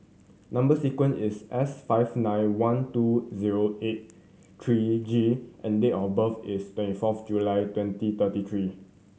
number sequence is S five nine one two zero eight three G and date of birth is twenty fourth July twenty twenty three